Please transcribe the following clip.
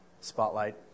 Spotlight